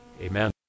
Amen